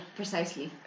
precisely